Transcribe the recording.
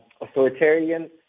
authoritarian